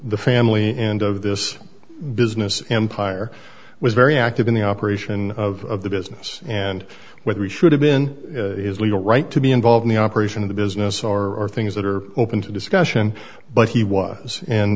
the family and of this business empire was very active in the operation of the business and whether he should have been his legal right to be involved in the operation of the business or things that are open to discussion but he was and